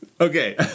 Okay